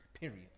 period